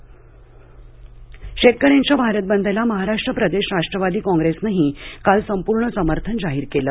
कषी राष्टवादी शेतकऱ्यांच्या भारत बंदला महाराष्ट्र प्रदेश राष्ट्रवादी काँग्रेसनेही काल संपूर्ण समर्थन जाहीर केले